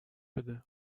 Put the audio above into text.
بده